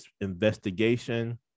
investigation